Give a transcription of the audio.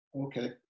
okay